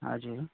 हजुर